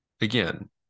again